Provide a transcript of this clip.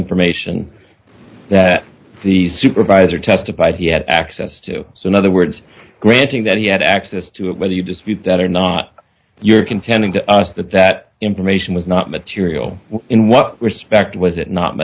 information that the supervisor testified he had access to so in other words granting that he had access to it whether you dispute that or not you're contending to us that that information was not material in what respect was it not